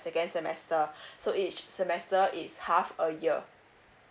second semester so each semester is half a year